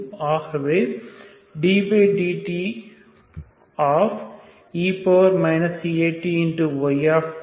ஆகவே ddte Atye Ath